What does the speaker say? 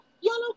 yellow